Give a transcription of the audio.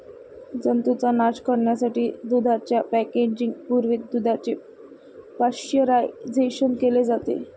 जंतूंचा नाश करण्यासाठी दुधाच्या पॅकेजिंग पूर्वी दुधाचे पाश्चरायझेशन केले जाते